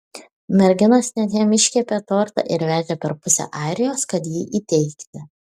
merginos net jam iškepė tortą ir vežė per pusę airijos kad jį įteikti